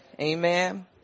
amen